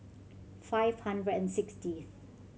five hundred and sixtieth